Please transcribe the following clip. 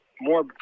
more